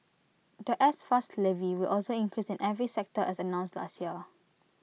The S pass levy will also increase in every sector as announced last year